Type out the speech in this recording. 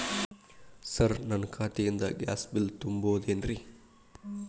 Sir ನನ್ನ ಖಾತೆಯಿಂದ gas bill ತುಂಬಹುದೇನ್ರಿ?